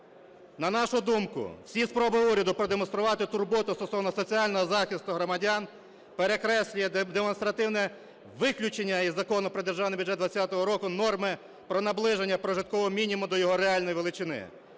На нашу думку, всі спроби уряду продемонструвати турботу стосовно соціального захисту громадян перекреслює демонстративне виключення із Закону про Державний бюджет 2020 року норми про наближення прожиткового мінімум до його реальної величини.